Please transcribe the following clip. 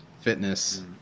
fitness